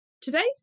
Today's